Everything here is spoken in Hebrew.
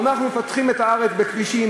ואומרים: אנחנו מפתחים את הארץ בכבישים,